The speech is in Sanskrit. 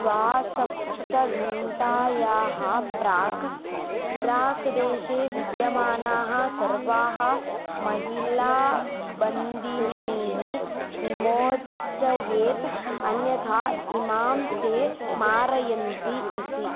द्वासप्तघण्टायाः प्राक् इराक् देशे विद्यमानाः सर्वाः महिलाबन्दिनी विमोचयेत् अन्यथा इमां ते मारयन्ति इति